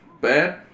Bad